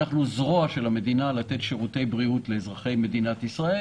אנחנו זרוע של המדינה לתת שירותי בריאות לאזרחי מדינת ישראל.